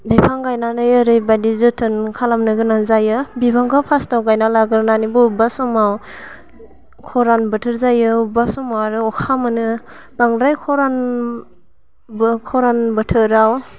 बिफां गायनानै ओरैबायदि जोथोन खालामनो गोनां जायो बिफांखौ फार्स्टआव गायना लाग्रोनानै बबेबा समाव खरान बोथोर जायो बबेबा समाव आरो अखा मोनो बांद्राय खरानबो खरान बोथोराव